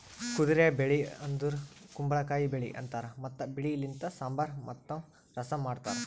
ಕುದುರೆ ಬೆಳಿ ಅಂದುರ್ ಕುಂಬಳಕಾಯಿ ಬೆಳಿ ಅಂತಾರ್ ಮತ್ತ ಬೆಳಿ ಲಿಂತ್ ಸಾಂಬಾರ್ ಮತ್ತ ರಸಂ ಮಾಡ್ತಾರ್